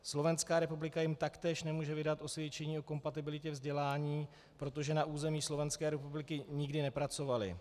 Slovenská republika jim taktéž nemůže vydat osvědčení o kompatibilitě vzdělání, protože na území Slovenské republiky nikdy nepracovali.